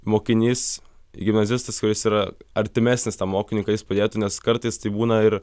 mokinys gimnazistas kuris yra artimesnis tam mokiniui kad jis padėtų nes kartais tai būna ir